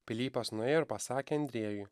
pilypas nuėjo ir pasakė andriejui